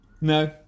No